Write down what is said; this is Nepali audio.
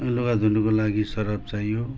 लुगा धुनुको लागि सर्फ चाहियो